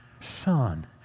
son